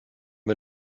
wir